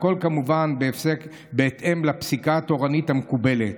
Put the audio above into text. הכול כמובן בהתאם לפסיקה התורנית המקובלת.